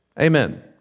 Amen